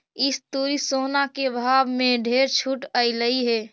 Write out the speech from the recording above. इस तुरी सोना के भाव में ढेर छूट अएलई हे